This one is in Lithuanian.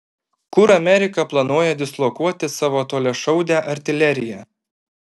kur amerika planuoja dislokuoti savo toliašaudę artileriją